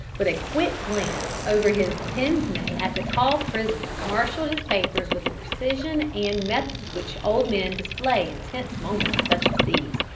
with a quick glance over his pince-nez at the tall prisoner, marshalled his papers with the precision and method which old men display in tense moments such as these.